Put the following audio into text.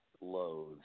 loath